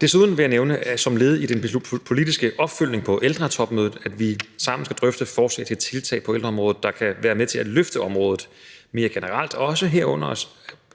Desuden vil jeg nævne som led i den politiske opfølgning på ældretopmødet, at vi sammen skal drøfte forslag til tiltag på ældreområdet, der kan være med til at løfte området mere generelt, herunder også